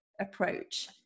approach